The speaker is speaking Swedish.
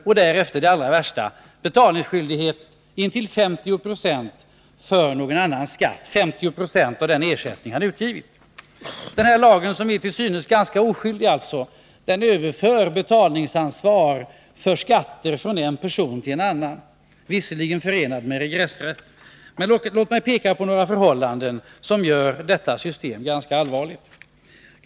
Och därefter kommer det allra värsta: Han blir betalningsskyldig för någon annans skatt med intill 50 960 av den ersättning som han har utgivit. Den här lagen, som till synes är ganska oskyldig, överför alltså betalningsansvar — visserligen med regressrätt — för skatter från en person till en annan. Låt mig peka på några förhållanden som gör detta system ganska allvarligt.